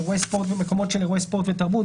אירועי ספורט במקומות של אירועי ספורט ותרבות,